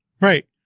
Right